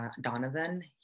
Donovan